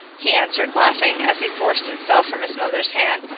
he answered laughing, as he forced himself from his mother's hand.